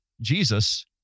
Jesus